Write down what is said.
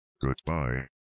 Goodbye